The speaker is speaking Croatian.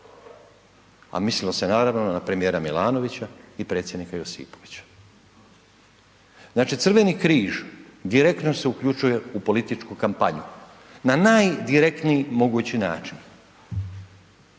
a mislilo se, naravno, na premijera Milanovića i predsjednika Josipovića. Znači, Crveni križ direktno se uključuje u političku kampanju na najdirektniji mogući način,